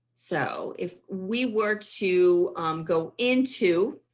so if we were to go into